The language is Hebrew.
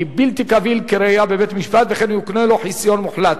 יהיה בלתי קביל כראיה בבית-משפט וכן יוקנה לו חיסיון מוחלט.